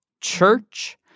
church